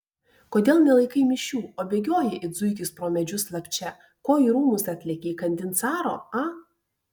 kodėl nelaikai mišių o bėgioji it zuikis pro medžius slapčia ko į rūmus atlėkei įkandin caro a